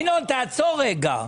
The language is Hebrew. ינון, תעצור רגע.